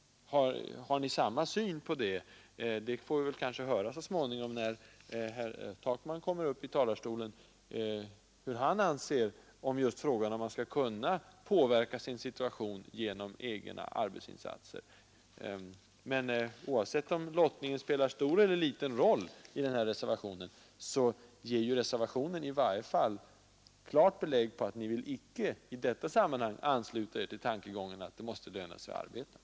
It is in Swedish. Har ni samma syn på den? När herr Takman så småningom kommer upp i talarstolen får vi kanske höra vad han anser om tanken att man skall kunna påverka sin situation genom egna arbetsinsatser. Oavsett om lottningen spelar stor eller liten roll i reservationen ger reservationen i varje fall klart belägg för att ni inte i detta sammanhang vill ansluta er till tankegången att det måste löna sig att arbeta.